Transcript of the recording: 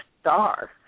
star